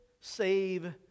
save